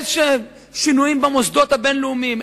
איזה שינויים במוסדות הבין-לאומיים,